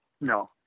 No